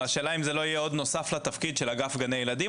השאלה היא אם זה לא יהיה נוסף לתפקיד של אגף גני ילדים,